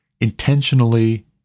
intentionally